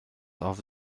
auf